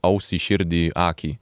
ausį širdį akį